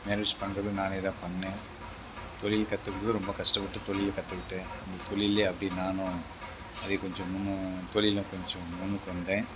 marriage பண்ணதும் நானே தான் பண்ணிணேன் தொழில் கற்றுக்குறதும் ரொம்ப கஷ்டப்பட்டு தொழில் கற்றுக்கிட்டேன் அந்த தொழிலேயே அப்படியே நானும் அதே கொஞ்சம் இன்னும் தொழிலில் கொஞ்சம் முன்னுக்கு வந்தேன்